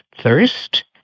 thirst